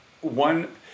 One